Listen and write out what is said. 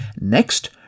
Next